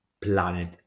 planet